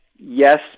Yes